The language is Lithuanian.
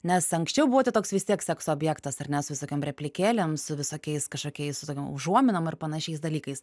nes anksčiau buvote toks vis tiek sekso objektas ar ne su visokiom replikėlėm su visokiais kažkokiais visokiom užuominom ar panašiais dalykais